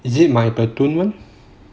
is it my platoon [one]